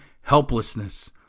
helplessness